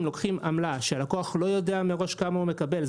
לוקחים עמלה שהלקוח לא יודע מראש כמה הוא מקבל,